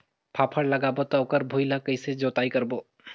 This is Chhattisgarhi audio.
फाफण लगाबो ता ओकर भुईं ला कइसे जोताई करबो?